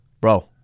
Bro